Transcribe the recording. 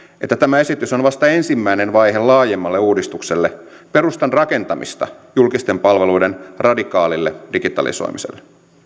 että tämä esitys on vasta ensimmäinen vaihe laajemmalle uudistukselle perustan rakentamista julkisten palveluiden radikaalille digitalisoimiselle